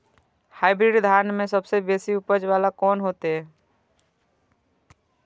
Hybrid धान में सबसे बेसी उपज बाला कोन हेते?